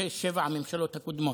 בשש-שבע הממשלות הקודמות.